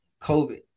COVID